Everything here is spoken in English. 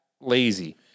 lazy